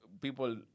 people